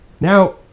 Now